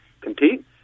compete